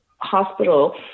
hospital